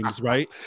right